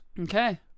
Okay